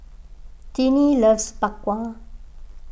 Tinie loves Bak Kwa